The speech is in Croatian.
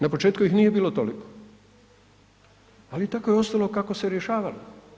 Na početku ih nije bilo toliko, ali tako je ostalo kako se je rješavalo.